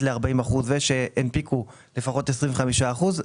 ל-40 אחוזים ושהנפיקו לפחות 25 אחוזים.